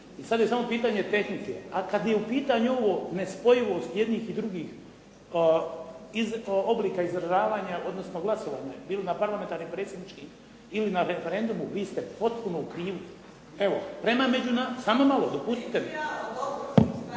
I sada je samo pitanje tehnike. A kada je u pitanju ovo nespojivost jednih i drugih oblika izražavanja, odnosno glasovanja bilo na parlamentarnim, predsjedničkim ili na referendumu, vi ste potpuno u krivu. ... /Upadica se ne razumije./